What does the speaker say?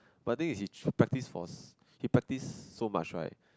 but the thing is he practice for he practice so much right